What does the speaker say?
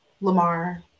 Lamar